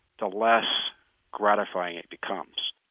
the less gratifying it becomes.